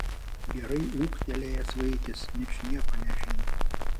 gerai ūgtelėjęs vaikis ničnieko nežino